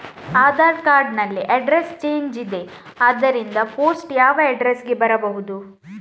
Aadhaar card ನಲ್ಲಿ address change ಇದೆ ಆದ್ದರಿಂದ ಪೋಸ್ಟ್ ಯಾವ ಅಡ್ರೆಸ್ ಗೆ ಬರಬಹುದು?